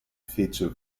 feature